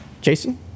Jason